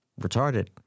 Retarded